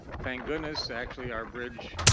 thank goodness actually are bridge